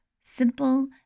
simple